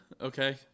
Okay